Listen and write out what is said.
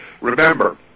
remember